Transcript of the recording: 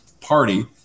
party